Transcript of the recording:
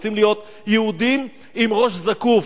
רוצים להיות יהודים עם ראש זקוף,